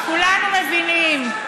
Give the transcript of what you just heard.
כולנו מבינים.